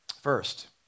First